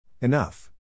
Enough